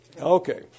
Okay